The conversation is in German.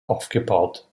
aufgebaut